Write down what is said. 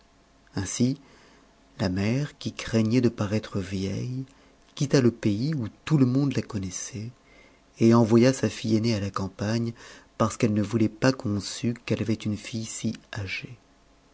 ainsi la mère qui craignait de paraître vieille quitta le pays où tout le monde la connaissait et envoya sa fille aînée à la campagne parce qu'elle ne voulait pas qu'on sût qu'elle avait une fille si âgée